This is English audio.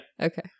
Okay